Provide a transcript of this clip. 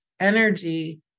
energy